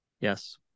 Yes